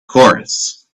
chorus